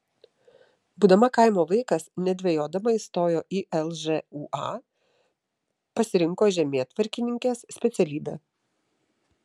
būdama kaimo vaikas nedvejodama įstojo į lžūa pasirinko žemėtvarkininkės specialybę